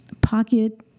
Pocket